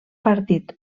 partit